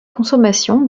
consommation